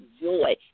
joy